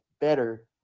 better